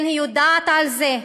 כן, היא יודעת על זה.